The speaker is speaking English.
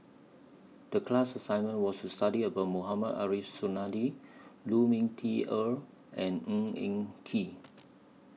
The class assignment was to study about Mohamed Ariff Suradi Lu Ming Teh Earl and Ng Eng Kee